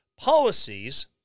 Policies